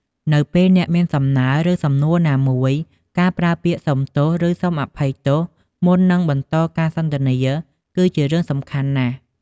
នៅពេលអ្នកមានសំណើ ឬសំណួរណាមួយ ការប្រើពាក្យ " សុំទោស" ឬ " សូមអភ័យ" មុននឹងបន្តការសន្ទនាគឺជារឿងសំខាន់ណាស់។